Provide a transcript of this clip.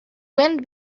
wind